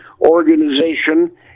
organization